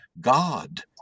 God